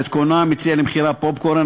בית-קולנוע המציע למכירה פופקורן,